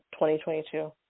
2022